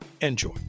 enjoy